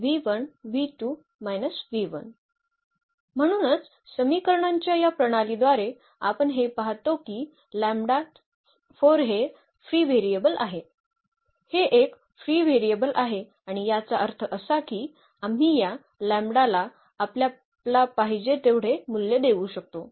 म्हणूनच समीकरणांच्या या प्रणालीद्वारे आपण हे पाहतो की लँबडा 4 हे फ्री व्हेरिएबल आहे हे एक फ्री व्हेरिएबल आहे आणि याचा अर्थ असा की आम्ही या लँबडा ला आपल्याला पाहिजे तेवढे मूल्य देऊ शकतो